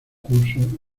curso